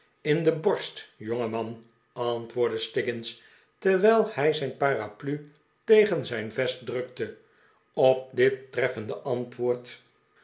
in de borst jongeman antwoordde stiggins terwijl hij zijn paraplu tegen zijn vest drukte op dit treffende antwoord